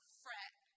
fret